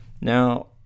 Now